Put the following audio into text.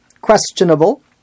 questionable